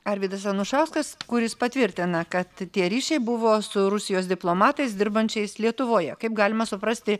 arvydas anušauskas kuris patvirtina kad tie ryšiai buvo su rusijos diplomatais dirbančiais lietuvoje kaip galima suprasti